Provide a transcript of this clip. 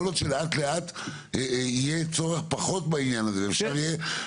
יכול להיות שלאט-לאט יהיה פחות צורך בעניין הזה ואפשר יהיה